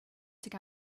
took